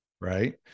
right